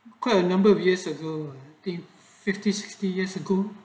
quite a number of years ago in fifty sixty years ago